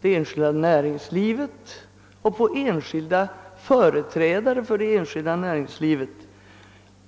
det enskilda näringslivet och mot enskilda företrädare för näringslivet.